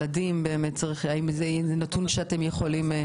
האם זה נתון שאתם יכולים להוציא?